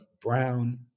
brown